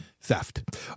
theft